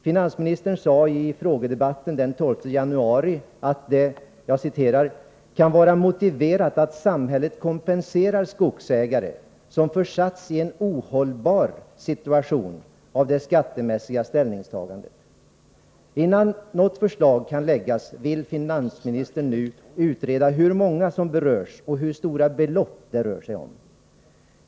Finansministern sade i frågedebatten den 12 januari: ”Enligt min mening kan det vara motiverat att samhället kompenserar skogsägare som försatts i en ohållbar ekonomisk situation till följd av det skattemässiga ställningstagandet.” Innan något förslag kunde framläggas ville finansministern utreda hur många som berörs och hur stora belopp det rör sig om.